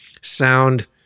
sound